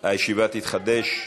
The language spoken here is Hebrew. הישיבה תתחדש,